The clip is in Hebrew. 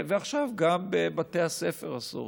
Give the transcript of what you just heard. ועכשיו גם בבתי הספר אסור,